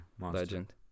Legend